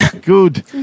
Good